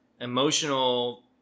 emotional